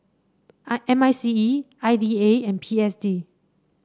I M I C E I D A and P S D